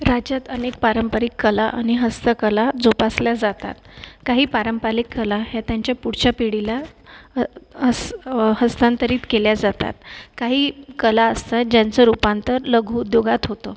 राज्यात अनेक पारंपरिक कला आणि हस्तकला जोपासल्या जातात काही पारंपारिक कला ह्या त्यांच्या पुढच्या पिढीला हस हस्तांतरित केल्या जातात काही कला असतात ज्यांचं रूपांतर लघुद्योगात होतं